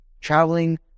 traveling